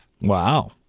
Wow